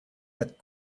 that